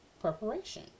preparation